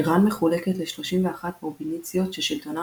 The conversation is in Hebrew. איראן מחולקת ל-31 פרובינציות ששלטונם